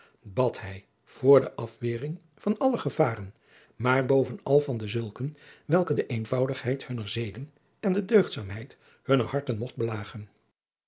bad hij voor de afwering van alle gevaren maar bovenal van deadriaan loosjes pzn het leven van maurits lijnslager zulken welke de eenvoudigheid hunner zeden en de deugdzaamheid hunner harten mogten belagen